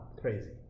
crazy